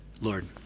Lord